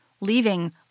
leaving